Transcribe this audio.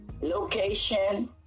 Location